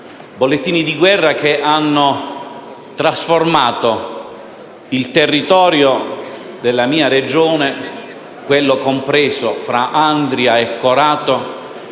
bollettini di guerra, che hanno trasformato il territorio della mia Regione compreso tra Andria e Corato